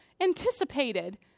anticipated